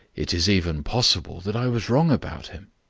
it is even possible that i was wrong about him.